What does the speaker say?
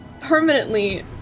permanently